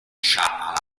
shah